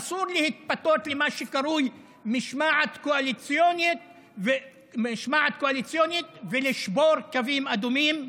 אסור להתפתות למה שקרוי "משמעת קואליציונית" ולשבור קווים אדומים.